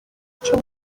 ico